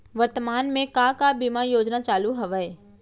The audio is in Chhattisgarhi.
वर्तमान में का का बीमा योजना चालू हवये